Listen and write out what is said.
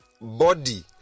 body